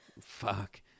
Fuck